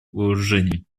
вооружений